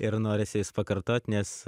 ir norisi pakartot nes